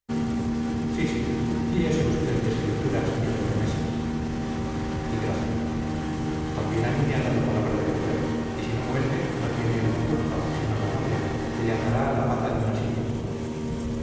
sí sí fíese usted de escrituras ni de promesas y gracia también a mí me ha dado palabra de volver y si no vuelve no tiene él la culpa sino la novia que le atará a la pata de una silla